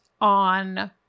on